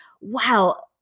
Wow